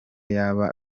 yaba